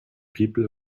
people